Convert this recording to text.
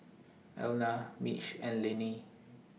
Elna Mitch and Lenny